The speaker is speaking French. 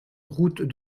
route